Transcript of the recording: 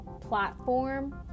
platform